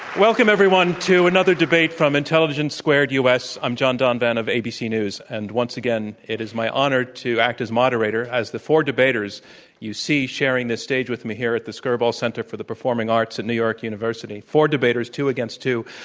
welcome everyone, to another debate from intelligence squared u. s. i'm john donvan of abc news, and once again it is my honor to act as moderator as the four debaters you see sharing this stage with me here at the skirball center for the performing arts at new york university four debaters, two against two,